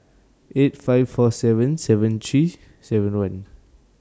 eight five four seven seven three seven one